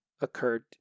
occurred